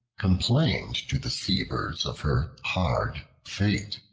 complained to the sea-birds of her hard fate,